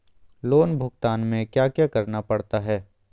loan भुगतान में क्या क्या करना पड़ता है